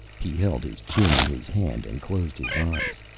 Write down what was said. he held his chin in his hand and closed his eyes.